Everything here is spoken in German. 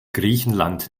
griechenland